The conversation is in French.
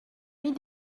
mis